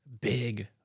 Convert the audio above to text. big